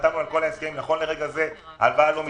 חתמנו על כל ההסכמים נכון לרגע זה ההלוואה לא מתקיימת.